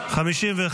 הצבעה.